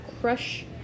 crush